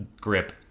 grip